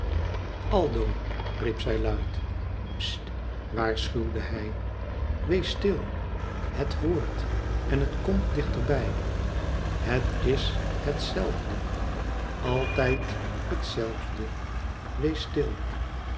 zij iukj stt waarschuwde hij wees stil het hoort en het komt dichterbij het is het zelfde altijd het zelfde wees stil